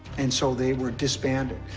and so they were disbanded.